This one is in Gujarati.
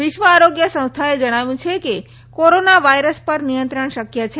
વિશ્વ આરોગ્ય સંસ્થાએ જણાવ્યું છે કે કોરોના વાયરસ પર નિયંત્રણ શક્ય છે